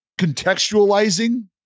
contextualizing